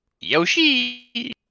Yoshi